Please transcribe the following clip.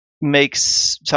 makes